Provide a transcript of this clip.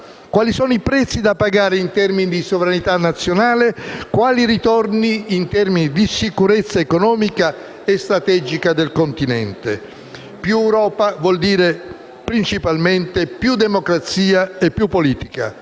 quali sono i prezzi da pagare in termini di sovranità nazionale, quali i ritorni in termini di sicurezza economica e strategica del continente. Più Europa vuol dire principalmente più democrazia e più politica.